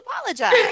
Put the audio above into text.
apologize